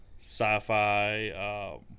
sci-fi